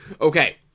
Okay